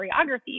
choreography